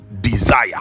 desire